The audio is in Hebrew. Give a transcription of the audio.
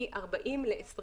מ-40 ל-20.